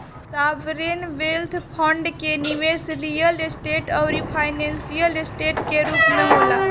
sovereign wealth fund के निबेस real estate आउरी फाइनेंशियल ऐसेट के रूप में होला